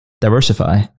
diversify